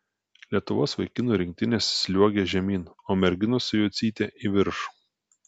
lietuvos vaikinų rinktinės sliuogia žemyn o merginos su jocyte į viršų